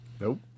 nope